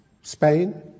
Spain